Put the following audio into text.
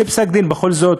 זה פסק-דין בכל זאת,